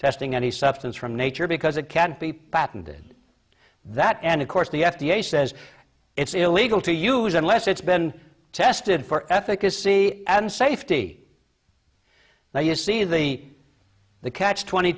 testing any substance from nature because it can't be patented that and of course the f d a says it's illegal to use unless it's been tested for efficacy and safety now you see the the catch twenty